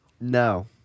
No